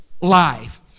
life